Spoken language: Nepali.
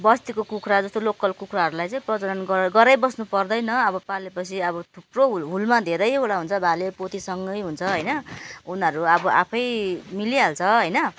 बस्तीको कुखुरा जस्तो लोकल कुखुराहरूलाई चाहिँ प्रजनन गराइ गराइबस्नु पर्दैन अब पाले पछि अब थुप्रो हुल हुलमा धेरैवटा हुन्छ भाले पोथीसँग हुन्छ होइन उनीहरू अब आफै मिलिहाल्छ होइन